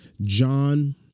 John